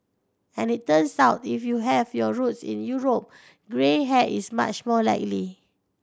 and it turns out if you have your roots in Europe grey hair is much more likely